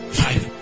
five